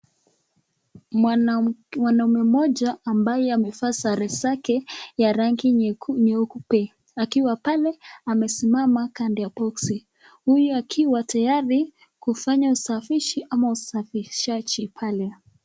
Mwanaume mmoja ambaye amevaa sare zake ya rangi nyeku-nyeupe akiwa pale amesimama kando ya box ,huyu akiwa tayari kufanya usafishi ama usafishaji pale.